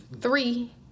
three